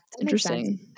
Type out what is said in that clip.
Interesting